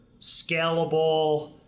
scalable